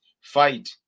fight